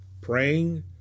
praying